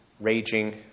raging